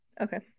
Okay